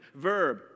verb